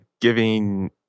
giving